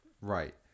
Right